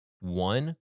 One